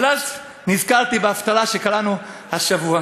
אבל אז נזכרתי בהפטרה שקראנו השבוע,